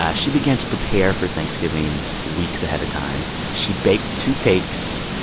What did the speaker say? yeah she began to prepare for thanksgiving weeks ahead of time. she baked two cakes,